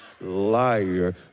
liar